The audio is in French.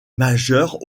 majeure